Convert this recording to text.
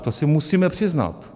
To si musíme přiznat.